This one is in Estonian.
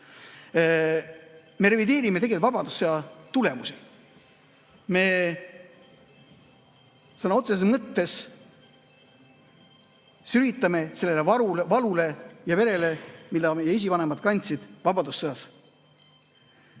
me revideerime vabadussõja tulemusi. Me sõna otseses mõttes sülitame sellele valule ja verele, mille [raskust] meie esivanemad kandsid vabadussõjas.